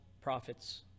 prophets